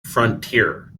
frontier